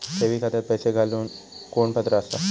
ठेवी खात्यात पैसे घालूक कोण पात्र आसा?